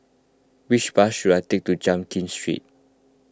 which bus should I take to Jiak Kim Street